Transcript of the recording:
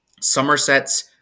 Somerset's